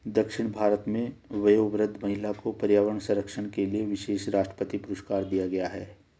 दक्षिण भारत में वयोवृद्ध महिला को पर्यावरण संरक्षण के लिए विशेष राष्ट्रपति पुरस्कार दिया गया है